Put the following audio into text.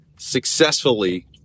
successfully